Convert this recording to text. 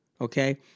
okay